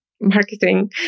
marketing